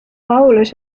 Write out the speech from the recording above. paulus